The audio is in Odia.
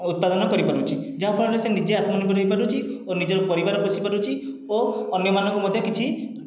ଉତ୍ପାଦନ କରିପାରୁଛି ଯାହାଫଳରେ ସେ ନିଜେ ଆତ୍ମନିର୍ଭର ହେଇପାରୁଛି ଓ ନିଜର ପରିବାର ପୋଷିପାରୁଛି ଓ ଅନ୍ୟମାନଙ୍କୁ ମଧ୍ୟ କିଛି